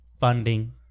funding